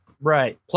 Right